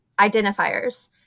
identifiers